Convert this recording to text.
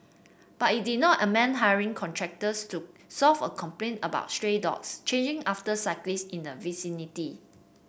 but it did amend hiring contractors to solve a complaint about stray dogs chasing after cyclists in the vicinity